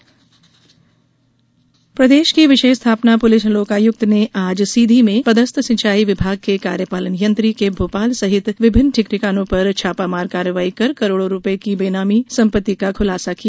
छापामार प्रदेश की विशेष स्थापना पुलिस लोकायुक्त ने आज सीधी में पदस्थ सिंचाई विभाग के कार्यपालन यंत्री के भोपाल सहित विभिन्न ठिकानों पर छापामार कार्रवाई कर करोड़ों रुपए की बेनामी संपत्ति का खुलासा किया